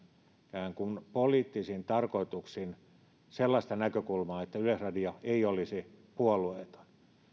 ikään kuin poliittisin tarkoituksin sellaista näkökulmaa että yleisradio ei olisi puolueeton